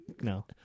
No